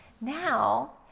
Now